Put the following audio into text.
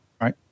right